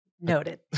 Noted